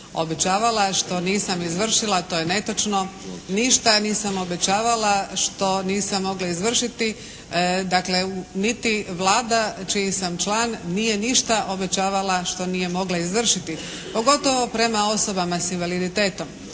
obećavala što nisam izvršila, to je netočno. Ništa ja nisam obećavala što nisam mogla izvršiti. Dakle niti Vlada čiji sam član nije ništa obećavala što nije mogla izvršiti pogotovo prema osobama s invaliditetom.